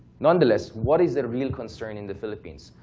nonetheless, what is the real concern in the philippines?